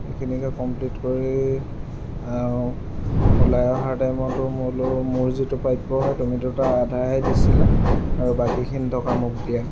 সেইখিনিকে কমপ্লিট কৰি আৰু ওলাই অহাৰ টাইমতো মোলেও মোৰ যিটো প্ৰাপ্য হয় তুমিতো তাৰ আধাহে দিছিলে আৰু বাকীখিনি টকা মোক দিয়া